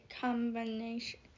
combination